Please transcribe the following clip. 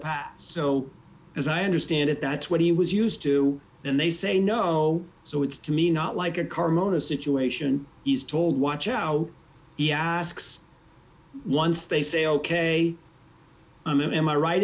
past so as i understand it that's what he was used to and they say no so it's to me not like a carmona situation he's told watch out he asks once they say ok i'm in am i right